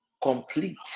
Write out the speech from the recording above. complete